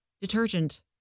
detergent